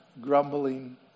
grumbling